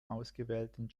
ausgewählten